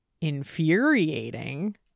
infuriating